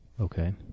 Okay